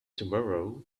tomorrow